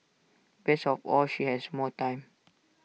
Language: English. best of all she has more time